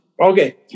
Okay